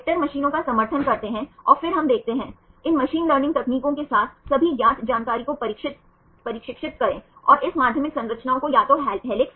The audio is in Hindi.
तो आप देख सकते हैं कि यह एक अवशेष है इसमें परमाणु NH CO हैं और आप देख सकते हैं R R समूह है